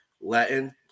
Latin